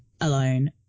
alone